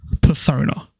Persona